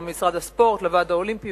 וממשרד הספורט לוועד האולימפי,